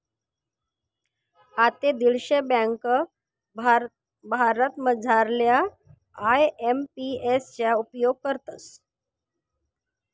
आते दीडशे ब्यांका भारतमझारल्या आय.एम.पी.एस ना उपेग करतस